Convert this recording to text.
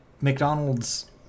McDonald's